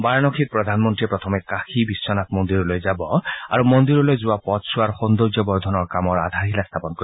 বাৰানসীত প্ৰধানমন্ত্ৰীয়ে প্ৰথমে কাশী বিশ্বনাথ মন্দিৰলৈ যাব আৰু মন্দিৰলৈ যোৱা পথচোৱাৰ সৌন্দৰ্যবৰ্ধনৰ কামৰ আধাৰশিলা স্থাপন কৰিব